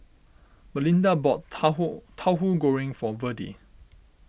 Malinda bought Tauhu Tauhu Goreng for Virdie